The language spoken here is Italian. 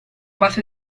base